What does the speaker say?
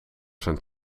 zijn